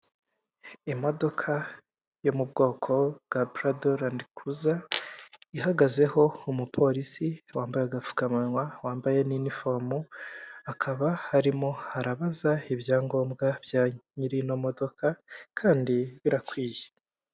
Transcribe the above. Imodoka yo mu bwoko bwa purado landikuruza ihagazeho umupolisi wambaye agapfukamunwa wambaye na inifomo, akaba arimo arabaza ibyangombwa bya nyiri ino modoka kandi birakwiye.